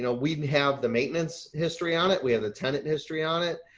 you know we didn't have the maintenance history on it. we have the tenant history on it.